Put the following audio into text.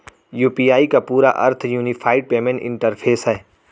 UPI का पूरा अर्थ यूनिफाइड पेमेंट इंटरफ़ेस है